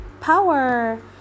power